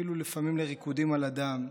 אפילו לפעמים לריקודים על הדם,